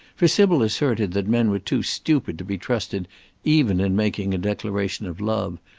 for sybil asserted that men were too stupid to be trusted even in making a declaration of love,